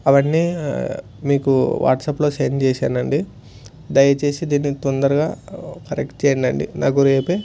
అవన్నీ మీకు వాట్సాప్లో సెండ్ చేశానండి దయచేసి దీన్ని తొందరగా కరెక్ట్ చేయండి నాకు రేపే